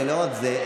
ולא רק זה,